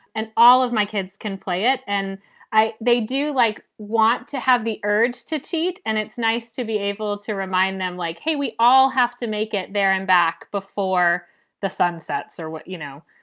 and all of my kids can play it and they do like want to have the urge to cheat and it's nice to be able to remind them, like, hey, we all have to make it there and back before the sun sets or what, you know,